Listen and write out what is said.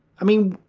i mean,